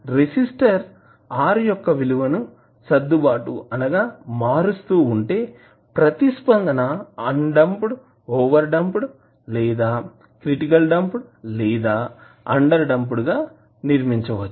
resistor R యొక్క విలువను సర్దుబాటు అనగా మారుస్తూ ఉంటే ప్రతిస్పందన ఆన్ డాంప్డ్ ఓవర్ డాంప్డ్ లేదా క్రిటికల్లి డాంప్డ్ లేదా అండర్ డాంప్డ్ గా గాని నిర్మించవచ్చు